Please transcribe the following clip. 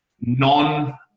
non